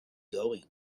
going